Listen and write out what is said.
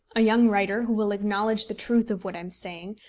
a young writer, who will acknowledge the truth of what i am saying,